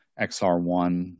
XR1